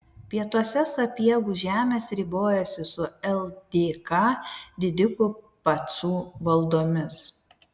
pietuose sapiegų žemės ribojosi su ldk didikų pacų valdomis